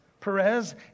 Perez